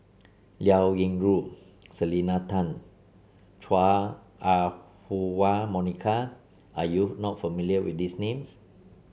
Liao Yingru Selena Tan Chua Ah Huwa Monica are you not familiar with these names